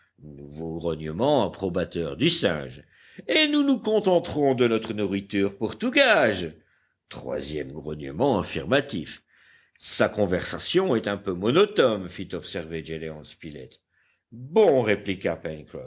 nouveau grognement approbateur du singe et nous nous contenterons de notre nourriture pour tout gage troisième grognement affirmatif sa conversation est un peu monotone fit observer gédéon spilett bon répliqua